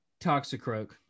Toxicroak